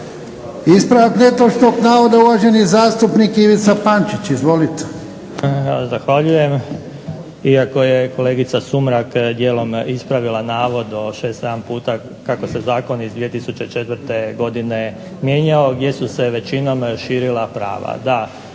Ispravak netočnog navoda uvaženi zastupnik Ivica Pančić. Izvolite. **Pančić, Ivica (HSD)** Zahvaljujem. Iako je kolegica Sumrak dijelom ispravila navod od 6, 7 puta kako se zakon iz 2004. godine mijenjao gdje su se većinom širila prava,